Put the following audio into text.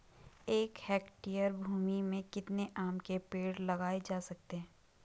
एक हेक्टेयर भूमि में कितने आम के पेड़ लगाए जा सकते हैं?